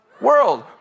world